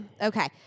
Okay